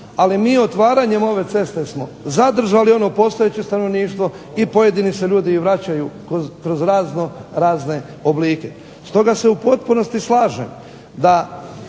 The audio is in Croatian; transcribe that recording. ali mi otvaranjem ove ceste smo zadržali ono postojeće stanovništvo i pojedini se ljudi i vraćaju kroz razno razne oblike. Stoga se u potpunosti slažem da